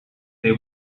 they